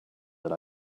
that